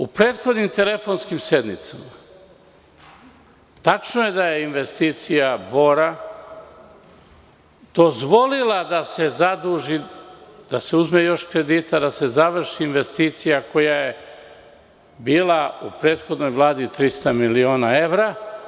U prethodnim telefonskim sednicama, tačno je da je investicija Bora dozvolila da se zaduži, da se uzme još kredita, da se završi investicija koja je bila u prethodnoj Vladi 300 miliona evra.